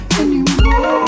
anymore